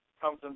comes